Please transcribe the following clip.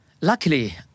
Luckily